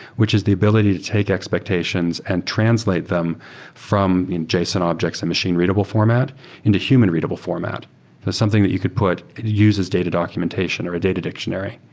which is the ability to take expectations and translate them from json objects in machine-readable format into human readable format. that's something that you could put, it uses data documentation or a data dictionary,